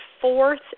fourth